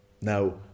Now